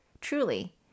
Truly